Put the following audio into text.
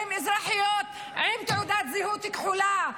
שהן אזרחיות עם תעודת זהות כחולה,